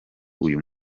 uyu